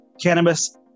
cannabis